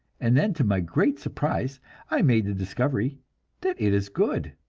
and then to my great surprise i made the discovery that it is good.